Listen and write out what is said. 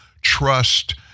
trust